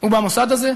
ובמוסד הזה.